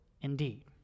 indeed